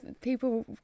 people